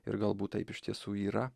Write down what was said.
ir galbūt taip iš tiesų yra